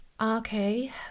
Okay